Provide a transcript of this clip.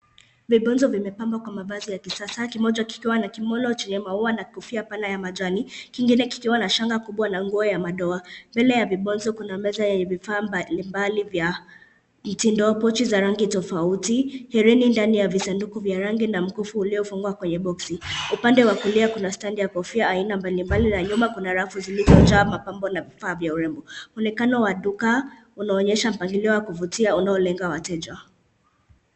Vibonzo vimepangwa kwa mavazi ya kisasa. Kimoja kikiwa na kimono chenye maua na kofia pana ya majani. Kingine kikiwa na shanga kubwa na nguo ya madoa. Mbele ya vibonzo kuna meza yenye vifaa mbalimbali vya mitindo, pochi za rangi tofauti, hereni ndani ya visanduku vya rangi na mkufu uliofungwa kwenye boksi. Upande wa kulia kuna stendi ya kofia aina mbalimbali na nyuma kuna rafu zilizojaa mapambo na vifaa vya urembo. Mwonekano wa duka unaonyesha mpangilio wa kuvutia unaolenga wateja.